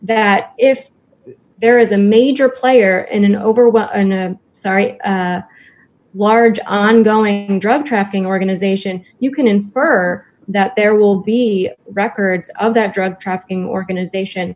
that if there is a major player in an over well in a sorry large ongoing drug trafficking organization you can infer that there will be records of that drug trafficking organization